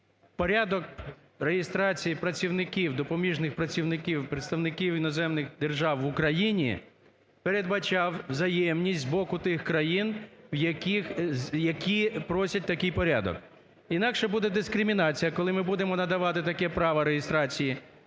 порядок реєстрації працівників, допоміжних працівників представників іноземних держав в Україні передбачав взаємність з боку тих країн, в яких… які просять такий порядок. Інакше буде дискримінація, коли ми будемо надавати таке право реєстрації для